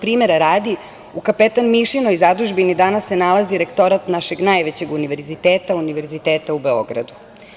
Primera radi, u Kapetan Mišinoj zadužbini danas se nalazi Rektorat našeg najvećeg univerziteta u Beogradu.